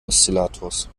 oszillators